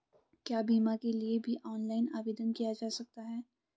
क्या बीमा के लिए भी ऑनलाइन आवेदन किया जा सकता है?